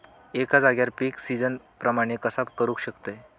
एका जाग्यार पीक सिजना प्रमाणे कसा करुक शकतय?